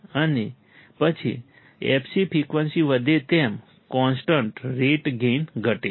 અને પછી fc frequency વધે તેમ કોન્સ્ટન્ટ રેટે ગેઇન ઘટે છે